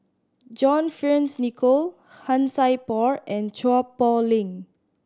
John Fearns Nicoll Han Sai Por and Chua Poh Leng